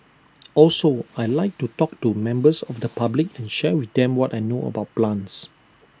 also I Like to talk to members of the public and share with them what I know about plants